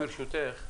אגיד